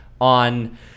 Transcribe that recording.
on